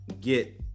get